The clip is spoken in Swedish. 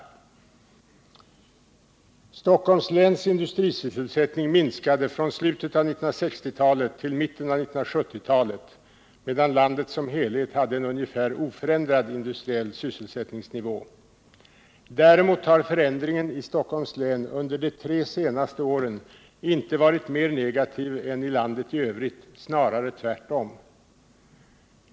Stockholms läns industrisysselsättning minskade från slutet av 1960-talet till mitten av 1970-talet, medan landet som helhet hade en ungefär oförändrad industriell sysselsättningsnivå. Däremot har förändringen i Stockholms län under de tre senaste åren inte varit mer negativ än i landet i Övrigt, snarare tvärtom.